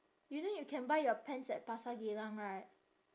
you know you can buy your pants at pasar geylang right